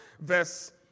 verse